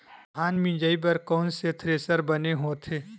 धान मिंजई बर कोन से थ्रेसर बने होथे?